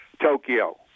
Tokyo